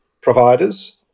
providers